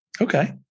Okay